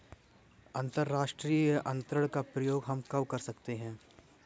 अंतर्राष्ट्रीय अंतरण का प्रयोग हम कब कर सकते हैं?